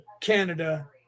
Canada